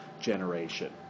generation